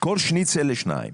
כל שניצל לשניים.